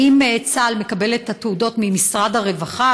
האם צה"ל מקבל את התעודות ממשרד הרווחה,